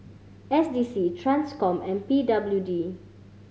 S D C Transcom and P W D